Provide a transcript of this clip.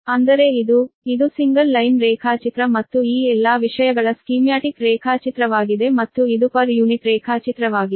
ಅಂದರೆ ಇದು ಇದು ಸಿಂಗಲ್ ಲೈನ್ ರೇಖಾಚಿತ್ರ ಮತ್ತು ಈ ಎಲ್ಲಾ ವಿಷಯಗಳ ಸ್ಕೀಮ್ಯಾಟಿಕ್ ರೇಖಾಚಿತ್ರವಾಗಿದೆ ಮತ್ತು ಇದು ಪರ್ ಯೂನಿಟ್ ರೇಖಾಚಿತ್ರವಾಗಿದೆ